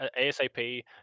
asap